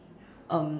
um